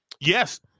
Yes